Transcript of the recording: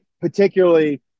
particularly